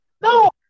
No